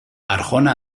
arjona